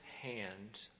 hand